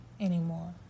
anymore